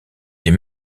les